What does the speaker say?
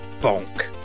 Bonk